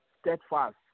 Steadfast